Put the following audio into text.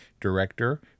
Director